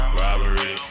robbery